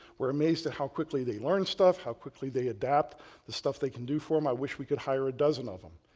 we're amazed at how quickly they learn stuff, how quickly they adapt the stuff they can do for him, i wish we could hire a dozen of them.